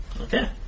Okay